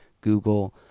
Google